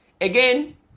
again